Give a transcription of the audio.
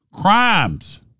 Crimes